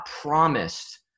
promised